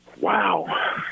Wow